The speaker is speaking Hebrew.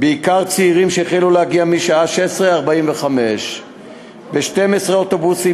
בעיקר צעירים שהחלו להגיע מהשעה 16:45 ב-12 אוטובוסים.